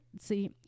see